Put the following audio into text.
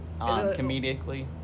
comedically